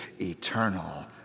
eternal